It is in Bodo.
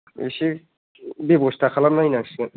इसे बेब'स्था खालाम नायनांसिगोन